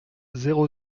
zéro